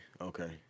Okay